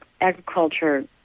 agriculture